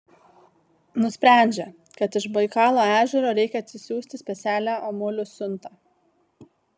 nusprendžia kad iš baikalo ežero reikia atsisiųsti specialią omulių siuntą